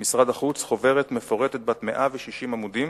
משרד החוץ חוברת מפורטת בת 160 עמודים,